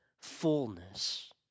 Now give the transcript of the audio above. fullness